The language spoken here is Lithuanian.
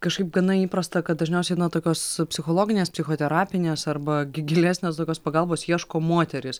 kažkaip gana įprasta kad dažniausiai na tokios psichologinės psichoterapinės arba gi gilesnės tokios pagalbos ieško moterys